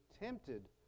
tempted